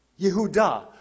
Yehuda